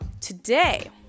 today